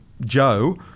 Joe